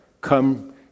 come